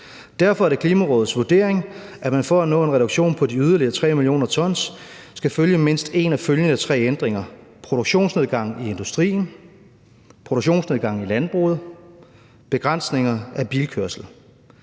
»Derfor er det Klimarådets vurdering, at man for at nå en reduktion på de yderligere 3 mio. ton CO2e, skal følge mindst én af følgende tre ændringer: - Produktionsnedgang i industrien - Produktionsnedgang i landbruget - Begrænsning af bilkørslen